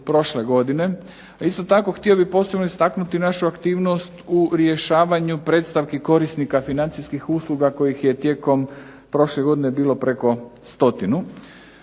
Isto tako, htio bih posebno istaknuti našu aktivnost u rješavanju predstavki korisnika financijskih usluga kojih je tijekom prošle godine bilo preko stotinu.